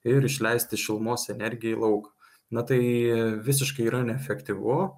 ir išleisti šilumos energiją lauk na tai visiškai yra neefektyvu